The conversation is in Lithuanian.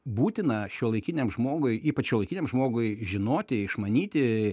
būtina šiuolaikiniam žmogui ypač šiuolaikiniam žmogui žinoti išmanyti